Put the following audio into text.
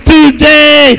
Today